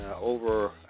Over